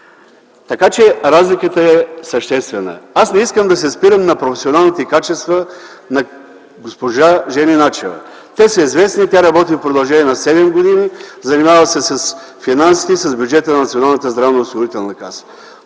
Така че разликата е съществена. Аз не искам да се спирам на професионалните качества на госпожа Жени Начева. Те са известни – работи в продължение на седем години, занимава се с финансите и с бюджета на Националната здравноосигурителна каса.